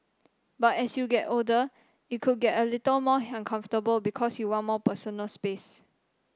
but as you get older it could get a little more uncomfortable because you'd want more personal space